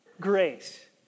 grace